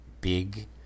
big